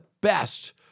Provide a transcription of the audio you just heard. best